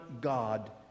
God